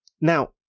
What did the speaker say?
Now